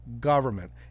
government